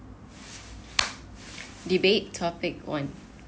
debate topic one